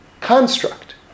construct